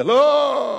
זה לא פשוט.